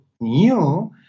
new